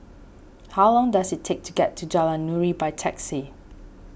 how long does it take to get to Jalan Nuri by taxi